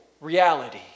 reality